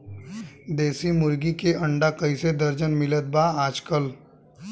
देशी मुर्गी के अंडा कइसे दर्जन मिलत बा आज कल?